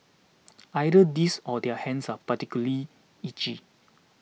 either this or their hands are perpetually itchy